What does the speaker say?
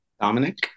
Dominic